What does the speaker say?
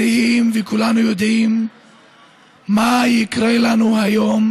העם היהודי איננו יכול לכבוש את מה ששייך לו שלושת אלפים